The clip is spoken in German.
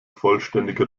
vollständige